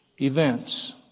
events